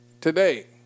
today